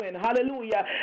Hallelujah